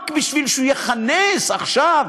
לא בשביל שהוא יכנס עכשיו